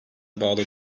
bağlı